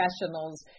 professionals